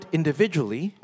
individually